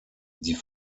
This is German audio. die